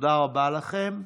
תודה רבה לכם.